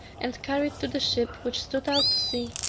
and carried to the ship, which stood out to sea,